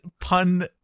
pun